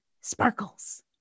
sparkles